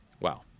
Wow